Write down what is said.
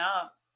up